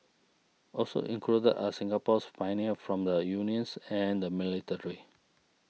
also included are Singapore's pioneers from the unions and the military